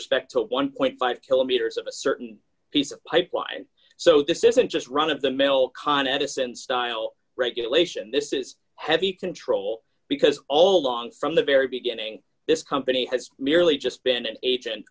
respect to one point five kilometers of a certain piece of pipeline so this isn't just run of the mill con edison style regulation this is heavy control because all along from the very beginning this company has merely just been an agent